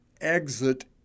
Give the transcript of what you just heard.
exit